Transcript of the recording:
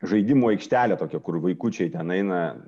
žaidimų aikštelę tokią kur vaikučiai ten aina